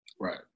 Right